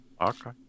okay